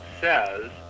says